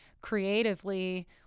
creatively